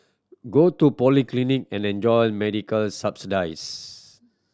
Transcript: go to polyclinic and enjoy medical subsidies